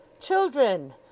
Children